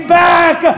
back